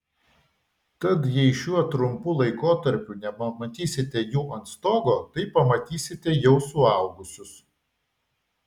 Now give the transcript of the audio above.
tad jei šiuo trumpu laikotarpiu nepamatysite jų ant stogo tai pamatysite jau suaugusius